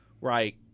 right